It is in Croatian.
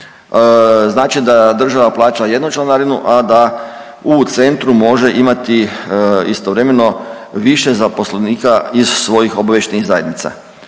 Znači da država plaća jednu članarinu, a da u centru može imati istovremeno više zaposlenika iz svojih obavještajnih zajednica.